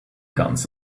guns